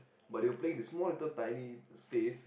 but they were playing at this small little tiny space